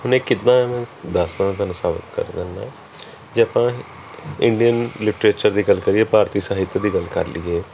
ਹੁਣ ਇਹ ਕਿੱਦਾਂ ਦੱਸ ਸਕਦਾ ਤੁਹਾਨੂੰ ਸਾਬਿਤ ਕਰ ਦਿੰਦਾ ਜੇ ਆਪਾਂ ਇੰਡੀਅਨ ਲਿਟਰੇਚਰ ਦੀ ਗੱਲ ਕਰੀਏ ਭਾਰਤੀ ਸਾਹਿਤ ਦੀ ਗੱਲ ਕਰ ਲਈਏ